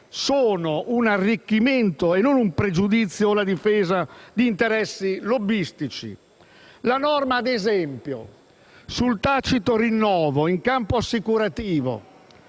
sono un arricchimento e non un pregiudizio o una difesa di interessi lobbistici. Ad esempio, la norma sul tacito rinnovo in campo assicurativo,